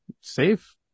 safe